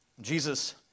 Jesus